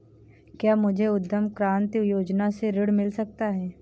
क्या मुझे उद्यम क्रांति योजना से ऋण मिल सकता है?